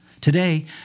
Today